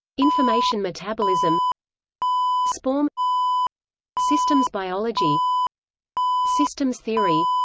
information metabolism spome systems biology systems theory